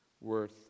worth